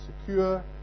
secure